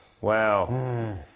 Wow